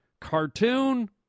cartoon